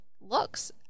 looks